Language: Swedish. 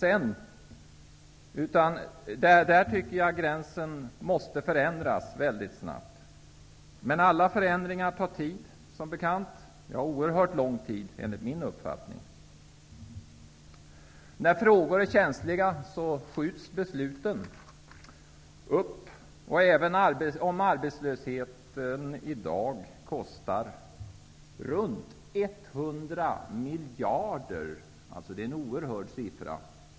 En avgränsning måste ske, men alla förändringar tar som bekant tid, oerhört lång tid enligt min uppfattning. När frågor är känsliga skjuts besluten upp, trots att arbetslösheten i dag kostar runt 100 miljarder. Det är en oerhörd siffra.